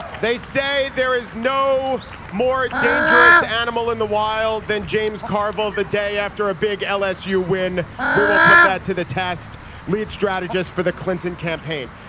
they say there is no more dangerous animal in the wild than james carville the day after a big lsu win we will put that to the test lead strategist for the clinton campaign.